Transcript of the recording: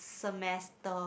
semester